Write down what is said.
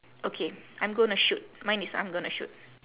okay I'm gonna shoot mine is I'm gonna shoot